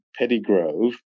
Pettigrove